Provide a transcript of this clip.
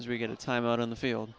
as we get a time out on the field